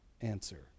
answer